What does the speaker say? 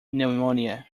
pneumonia